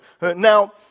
Now